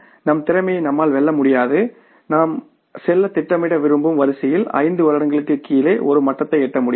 நம் திறமையை நம்மால் வெல்ல முடியாது நாம் செல்லத் திட்டமிட விரும்பும் வரிசையில் ஐந்து வருடங்களுக்கு கீழே ஒரு மட்டத்தை எட்ட முடியாது